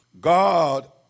God